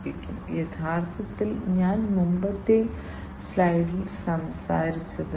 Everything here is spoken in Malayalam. അപ്പോൾ സെൻസറുകളിൽ ഘടിപ്പിച്ചിരിക്കുന്ന ചില ഇംപെല്ലറുകൾ ഉണ്ടാകും